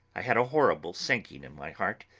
i had a horrible sinking in my heart,